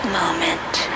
moment